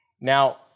Now